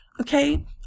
Okay